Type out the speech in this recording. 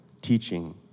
teaching